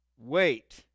wait